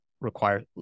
require